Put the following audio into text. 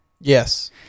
Yes